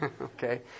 Okay